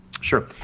Sure